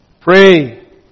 Pray